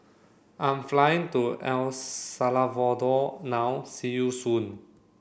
I am flying to El Salvador now see you soon